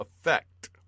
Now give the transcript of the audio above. effect